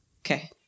Okay